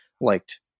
liked